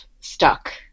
stuck